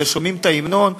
ושומעים את ההמנון,